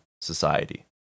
society